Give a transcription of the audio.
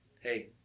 hey